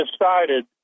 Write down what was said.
decided